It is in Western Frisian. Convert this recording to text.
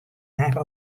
har